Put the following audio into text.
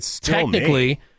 technically-